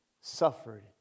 suffered